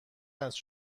است